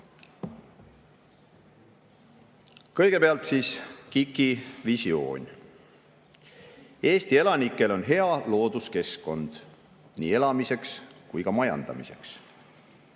Kõigepealt KIK-i visioon. Eesti elanikel on hea looduskeskkond nii elamiseks kui ka majandamiseks.